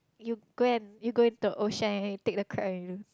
you go and you go into the ocean and you take the crab and you